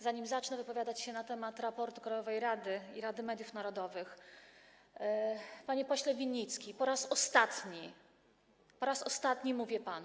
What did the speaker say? Zanim zacznę wypowiadać się na temat raportu krajowej rady i Rady Mediów Narodowych - panie pośle Winnicki, po raz ostatni, po raz ostatni mówię panu: